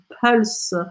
pulse